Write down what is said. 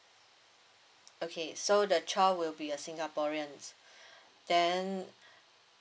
okay so the child will be a singaporeans then